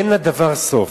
אין לדבר סוף.